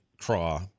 craw